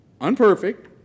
unperfect